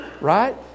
Right